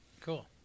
Cool